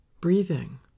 breathing